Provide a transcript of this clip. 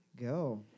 go